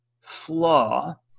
flaw